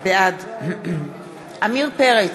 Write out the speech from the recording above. בעד עמיר פרץ,